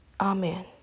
Amen